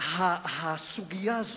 שהסוגיה הזאת,